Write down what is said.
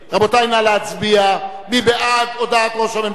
נא להצביע מי בעד הודעת ראש הממשלה,